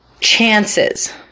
chances